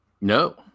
No